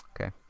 Okay